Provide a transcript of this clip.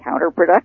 counterproductive